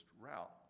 route